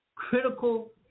Critical